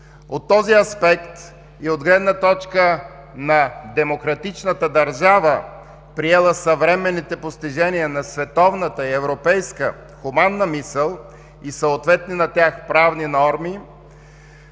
От този аспект и от гледна точка на демократичната държава, приела съвременните постижения на световната и европейска хуманна мисъл и съответни на тях правни норми,